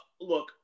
look